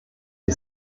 die